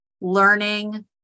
learning